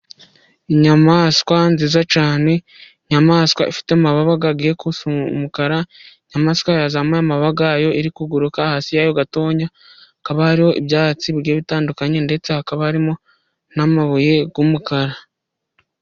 Inyamaswa nziza cyane, inyamaswa ifite amababa agiye gusa umukara, inyamaswa yazamuye amababa yayo, iri kuguruka hasi yayo gatoya kaba hariho ibyatsi bitandukanye ndetse hakaba harimo n'amabuye y'umukara.